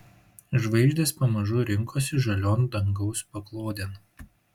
žvaigždės pamažu rinkosi žalion dangaus paklodėn